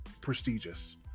prestigious